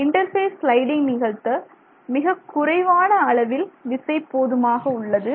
interface sliding நிகழ்த்த மிகக் குறைவான அளவில் விசை போதுமாக உள்ளது